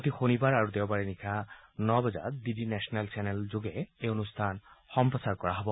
প্ৰতি শনিবাৰ আৰু দেওবাৰে নিশা ন বজাত ডি ডি নেচনেল চেনেলযোগে এই অনুষ্ঠান সম্প্ৰচাৰ কৰা হ'ব